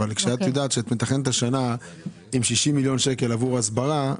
כשאת מתכננת את השנה עם 60 מיליון שקלים עבור הסברה,